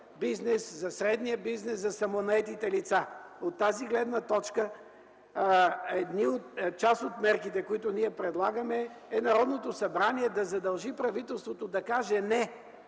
за средния бизнес, за самонаетите лица. От тази гледна точка част от мерките, които ние предлагаме, е Народното събрание да задължи правителството да каже: